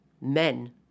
men